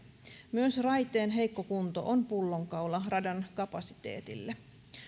myös raiteen heikko kunto on pullonkaula radan kapasiteetille